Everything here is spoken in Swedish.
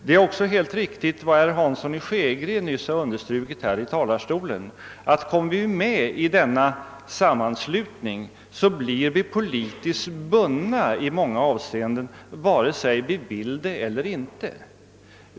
Det är också helt riktigt vad herr Hansson i Skegrie nyss underströk här i talarstolen, nämligen att vi, om vi kommer med i denna sammanslutning, blir politiskt bundna i många avseenden vare sig vi vill det eller inte.